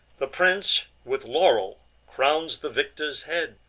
the prince with laurel crowns the victor's head,